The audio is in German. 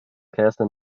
käse